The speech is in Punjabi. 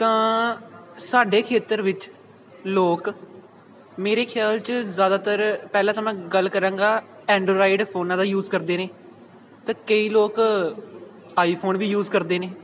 ਤਾਂ ਸਾਡੇ ਖੇਤਰ ਵਿੱਚ ਲੋਕ ਮੇਰੇ ਖਿਆਲ 'ਚ ਜ਼ਿਆਦਾਤਰ ਪਹਿਲਾਂ ਤਾਂ ਮੈਂ ਗੱਲ ਕਰਾਂਗਾ ਐਂਡਰਾਇਡ ਫੋਨਾਂ ਦਾ ਯੂਜ ਕਰਦੇ ਨੇ ਅਤੇ ਕਈ ਲੋਕ ਆਈਫੋਨ ਵੀ ਯੂਜ ਕਰਦੇ ਨੇ